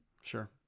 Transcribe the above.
Sure